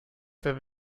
der